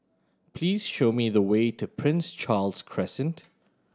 please show me the way to Prince Charles Crescent